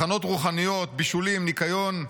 הכנות רוחניות, בישולים, ניקיון,